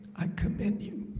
i commend you